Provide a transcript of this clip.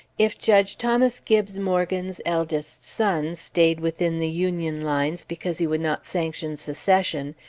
if judge thomas gibbes morgan's eldest son stayed within the union lines because he would not sanction secession,